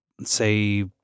say